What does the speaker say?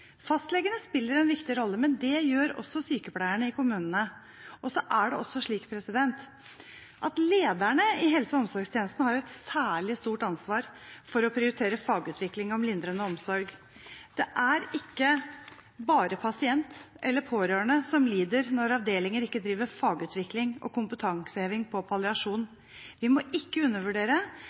Fastlegene spiller en viktig rolle, men det gjør også sykepleierne i kommunene. Det er også slik at lederne i helse- og omsorgstjenesten har et særlig stort ansvar for å prioritere fagutvikling om lindrende omsorg. Det er ikke bare pasient eller pårørende som lider når avdelinger ikke driver fagutvikling og kompetanseheving på palliasjon. Vi må ikke undervurdere